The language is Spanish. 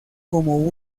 como